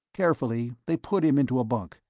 carefully, they put him into a bunk.